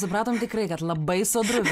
supratom tikrai kad labai sodrus